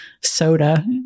soda